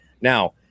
Now